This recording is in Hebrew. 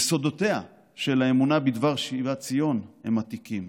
יסודותיה של האמונה בדבר שיבת ציון הם עתיקים.